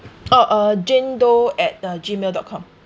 oh uh jane doe at uh gmail dot com